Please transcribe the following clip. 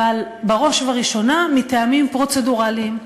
אבל בראש ובראשונה מטעמים פרוצדורליים.